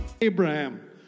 Abraham